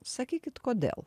sakykit kodėl